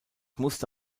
musste